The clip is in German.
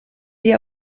sie